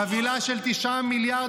חבילה של 9 מיליארד.